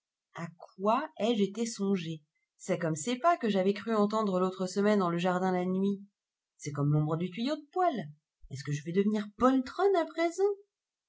à quoi ai-je été songer c'est comme ces pas que j'avais cru entendre l'autre semaine dans le jardin la nuit c'est comme l'ombre du tuyau de poêle est-ce que je vais devenir poltronne à présent